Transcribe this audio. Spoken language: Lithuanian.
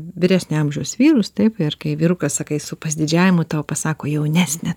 vyresnio amžiaus vyrus taip ir kai vyrukas sakai su pasididžiavimu tau pasako jaunesnė